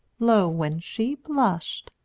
lo, when she blushed,